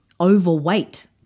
overweight